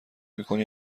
میکنی